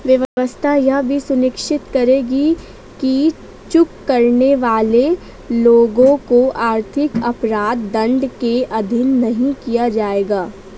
व्यवस्था यह भी सुनिश्चित करेगी कि चूक करने वाले लोगों को आर्थिक अपराध दंड के अधीन नहीं किया जाएगा